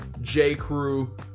J.Crew